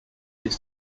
this